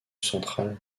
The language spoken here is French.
central